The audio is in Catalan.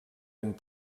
ben